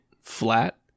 flat